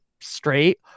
straight